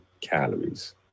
calories